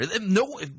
No